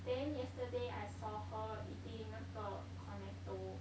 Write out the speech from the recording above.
then yesterday I saw her eating 那个 Cornetto